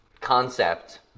concept